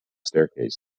staircase